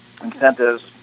incentives